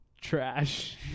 trash